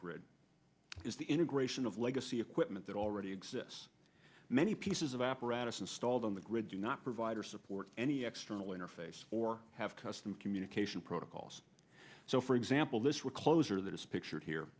grid is the integration of legacy equipment that already exists many pieces of apparatus installed on the grid do not provide or support any external interface or have custom communication protocols so for example this recloser that is pictured here